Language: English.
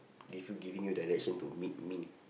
give giving you direction to meet me